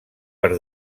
per